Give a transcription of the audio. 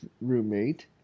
roommate